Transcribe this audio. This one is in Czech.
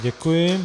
Děkuji.